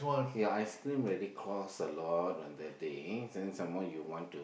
your ice-cream already costs a lot on that day and some more you want to